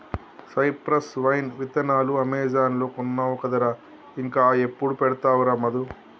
cypress vine విత్తనాలు Amazon లో కొన్నావు కదరా ఇంకా ఎప్పుడు పెడతావురా మధు